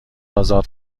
آزاد